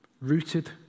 Rooted